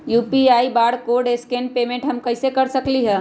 UPI barcode scan payment हम कईसे कर सकली ह?